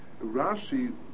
Rashi